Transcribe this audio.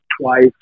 twice